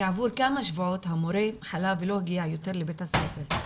כעבור כמה שבועות המורה חלה ולא הגיע יותר לבית הספר.